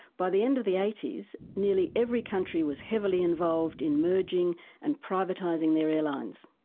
by the end of the eighties, nearly every country was heavily involved in merging and privatising their airlines.